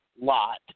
lot